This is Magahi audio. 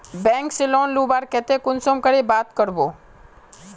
बैंक से लोन लुबार केते कुंसम करे बात करबो?